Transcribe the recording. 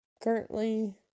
Currently